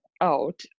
out